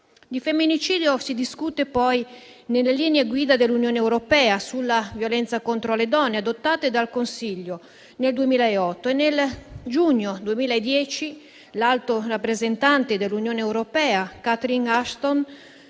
Di femminicidio si discute, poi, nelle linee guida dell'Unione europea sulla violenza contro le donne, adottate dal Consiglio nel 2008, e nel giugno 2010 l'alto rappresentante dell'Unione europea Catherine Ashton,